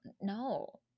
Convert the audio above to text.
no